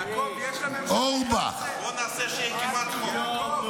בוא נעשה שיהיה כמעט חוק.